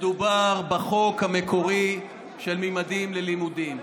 מדובר בחוק המקורי של ממדים ללימודים.